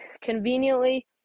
conveniently